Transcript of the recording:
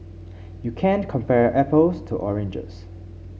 you can't compare apples to oranges